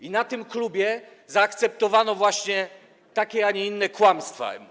I w tym klubie zaakceptowano właśnie takie, a nie inne kłamstwa.